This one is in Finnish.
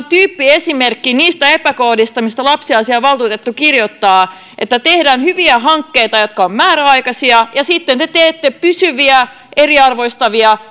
tyyppiesimerkki niistä epäkohdista mistä lapsiasiainvaltuutettu kirjoittaa tehdään hyviä hankkeita jotka ovat määräaikaisia ja sitten te teette pysyviä eriarvoistavia